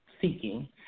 seeking